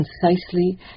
concisely